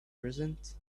present